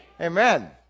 Amen